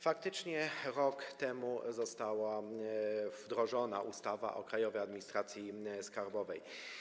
Faktycznie rok temu została wdrożona ustawa o Krajowej Administracji Skarbowej.